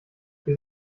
wir